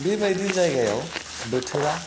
बेबायदि जायगायाव बोथोरा